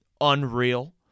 unreal